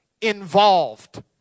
involved